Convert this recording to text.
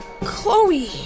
Chloe